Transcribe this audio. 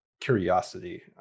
curiosity